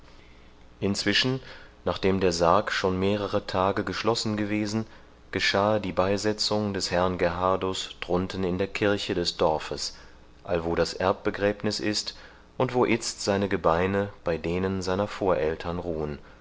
inzwischen nachdem der sarg schon mehrere tage geschlossen gewesen geschahe die beisetzung des herrn gerhardus drunten in der kirche des dorfes allwo das erbbegräbniß ist und wo itzt seine gebeine bei denen seiner voreltern ruhen